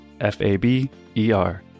F-A-B-E-R